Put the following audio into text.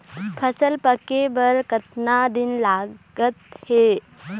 फसल पक्के बर कतना दिन लागत हे?